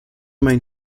meinen